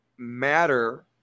matter